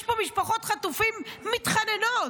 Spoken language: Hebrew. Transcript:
יש פה משפחות חטופים שמתחננות,